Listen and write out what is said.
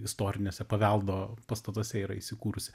istorinėse paveldo pastatuose yra įsikūrusi